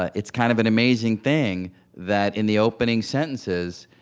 ah it's kind of an amazing thing that in the opening sentences,